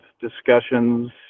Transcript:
discussions